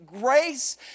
grace